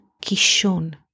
Kishon